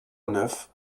neuf